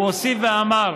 הוא הוסיף ואמר